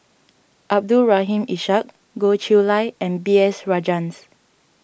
Abdul Rahim Ishak Goh Chiew Lye and B S Rajhans